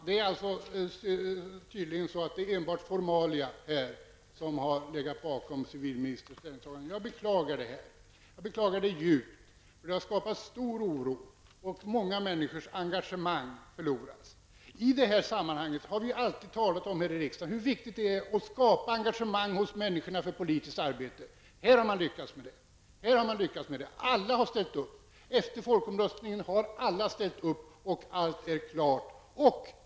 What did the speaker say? Herr talman! Det är tydligen enbart formalia som ligger bakom civilministerns ställningstagande. Jag beklagar det djupt. Det har skapat stor oro, och många människors engagemang har gått förlorat. Vi har alltid talat i riksdagen i sådana sammanhang om att det är viktigt skapa engagemang hos människorna i politiskt arbete. Här har man lyckats med det. Alla har ställt upp efter folkomröstningen, och allt är klart.